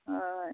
हय